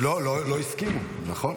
לא הסכימו, נכון.